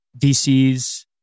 VCs